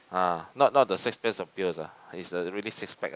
ah not not the six packs of beers ah is the really six pack ah